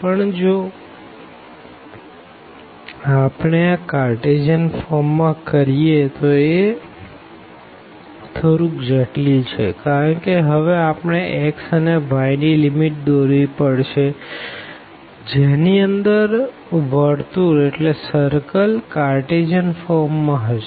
પણ જો આપણે આ કાઅર્તેસિયન ફોર્મ માં કરીએ તો એ થોરુક જટિલ છે કારણ કે હવે આપણે x અને y ની લીમીટ દોરવી પડશે જેની અંદર સર્કલ કાઅર્તેસિયન ફોર્મ માં હશે